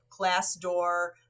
Classdoor